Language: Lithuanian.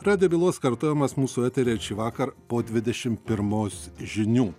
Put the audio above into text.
radijo bylos kartojimas mūsų eteryje šįvakar po dvidešim pirmos žinių